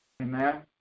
Amen